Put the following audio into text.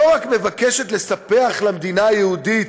לא רק שהיא מבקשת לספח למדינה היהודית